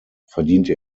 verdiente